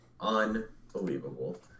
Unbelievable